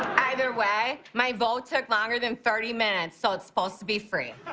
either way, my vote took longer than thirty minutes so it's supposed to be free.